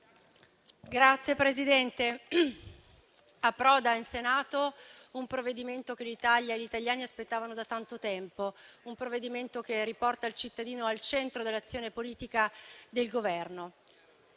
Signor Presidente, approda in Senato un provvedimento che l'Italia e gli italiani aspettavano da tanto tempo, un provvedimento che riporta il cittadino al centro dell'azione politica del Governo.